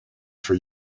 for